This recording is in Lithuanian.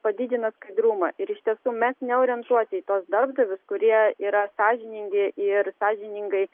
padidina skaidrumą ir iš tiesų mes neorientuoti į tuos darbdavius kurie yra sąžiningi ir sąžiningai